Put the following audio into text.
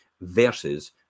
versus